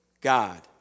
God